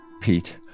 Pete